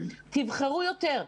תוכלו לבחור יותר,